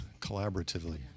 collaboratively